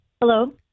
Hello